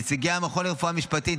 נציגי המכון לרפואה המשפטית,